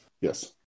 Yes